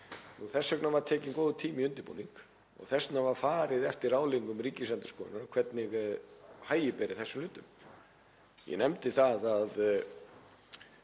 Þess vegna var tekinn góður tími í undirbúning og þess vegna var farið eftir ráðleggingum Ríkisendurskoðunar um hvernig haga beri þessum hlutum. Ég nefndi það að